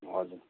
हजुर